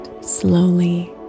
slowly